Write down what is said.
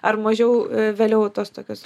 ar mažiau a vėliau tos tokios